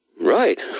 Right